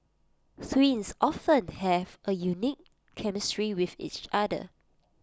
twins often have A unique chemistry with each other